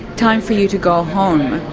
time for you to go home,